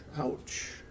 ouch